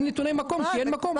לפטור לפי נתוני המקום כי אין מקום.